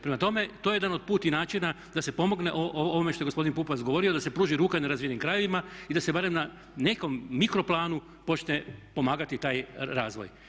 Prema tome, to je jedan od … načina da se pomogne ovome što je gospodin Pupovac govorio, da se pruži ruka nerazvijenim krajevima i da se barem na nekom, mikroplanu počne pomagati taj razvoj.